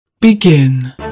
Begin